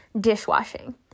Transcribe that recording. dishwashing